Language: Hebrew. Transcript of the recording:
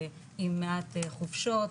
עם מעט חופשות,